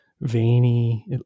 veiny